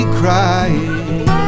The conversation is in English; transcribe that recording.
crying